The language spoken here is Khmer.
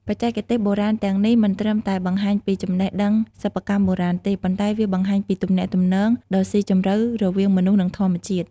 បច្ចេកទេសបុរាណទាំងនេះ មិនត្រឹមតែបង្ហាញពីចំណេះដឹងសិប្បកម្មបុរាណទេ ប៉ុន្តែវាបង្ហាញពីទំនាក់ទំនងដ៏ស៊ីជម្រៅរវាងមនុស្ស និងធម្មជាតិ។